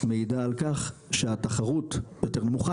מעידה על כך שהתחרות יותר נמוכה,